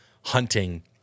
hunting